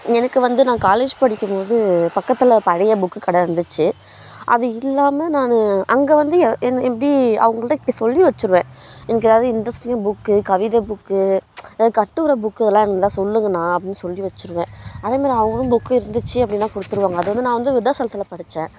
எனக்கு வந்து நான் காலேஜ் படிக்கும் போது பக்கத்தில் பழைய புக்கு கடை இருந்துச்சு அது இல்லாமல் நான் அங்கே வந்து ஏன் என் எப்படி அவங்கள்ட்ட இப்படி சொல்லி வச்சிருவேன் எனக்கு எதாவது இன்ட்ரெஸ்டிங்காக புக்கு கவிதை புக்கு எதாவது கட்டுரை புக்கு இதெல்லாம் இருந்தால் சொல்லுங்கண்ணா அப்படின்னு சொல்லி வச்சிருவேன் அந்த மாரி அவங்களும் புக்கு இருந்துச்சு அப்படின்னா கொடுத்துருவாங்க அதை வந்து நான் வந்து விருதாச்சலத்தில் படித்தேன்